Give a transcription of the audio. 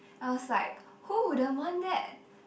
I was like who wouldn't want that